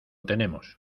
tenemos